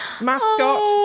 mascot